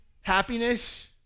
happiness